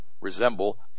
resemble